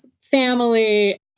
family